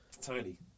Tiny